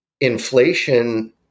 Inflation